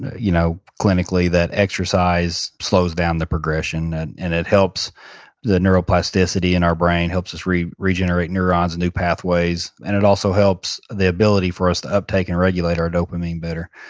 you know clinically that exercise slows down the progression and and it helps the neuroplasticity in our brain, helps us regenerate neurons and new pathways, and it also helps the ability for us to uptake and regulate our dopamine better.